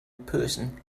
person